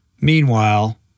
Meanwhile